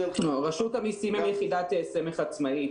רשות המסים היא יחידת סמך עצמאית,